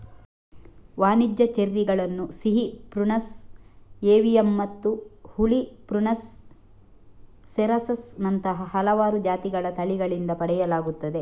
ವಾಣಿಜ್ಯ ಚೆರ್ರಿಗಳನ್ನು ಸಿಹಿ ಪ್ರುನಸ್ ಏವಿಯಮ್ಮತ್ತು ಹುಳಿ ಪ್ರುನಸ್ ಸೆರಾಸಸ್ ನಂತಹ ಹಲವಾರು ಜಾತಿಗಳ ತಳಿಗಳಿಂದ ಪಡೆಯಲಾಗುತ್ತದೆ